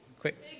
Quick